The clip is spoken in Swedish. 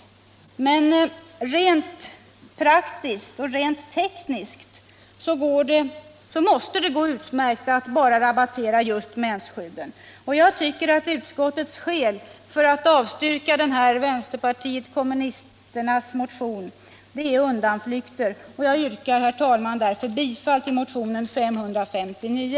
Men rent praktiskt och tekniskt sett måste det gå utmärkt bra att bara rabattera just mensskydden. Jag tycker att utskottets skäl för att avstyrka vänsterpartiet kommunisternas motion i denna fråga bara är undanflykter, och jag yrkar därför, herr talman, bifall till motionen nr 559.